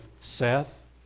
Seth